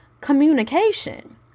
communication